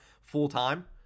full-time